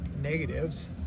negatives